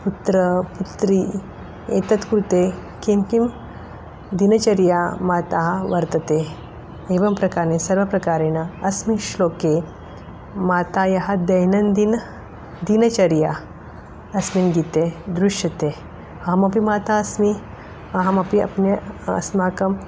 पुत्रः पुत्री एतत् कृते किं किं दिनचर्या माता वर्तते एवं प्रकारेण सर्वप्रकारेण अस्मिन् श्लोके मातायाः दैनन्दिनदिनचर्या अस्मिन् गीते दृश्यते अहमपि माता अस्मि अहमपि अप्ने अस्माकम्